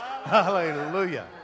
Hallelujah